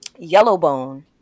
Yellowbone